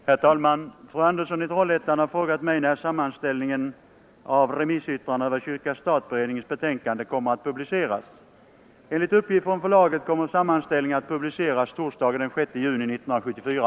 Herr talman! Fru Andersson i Trollhättan har frågat mig när sammanställningen av remissyttrandena över kyrka—stat-beredningens betänkande kommer att publiceras. Enligt uppgift från förlaget kommer sammanställningen att publiceras torsdagen den 6 juni 1974.